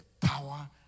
power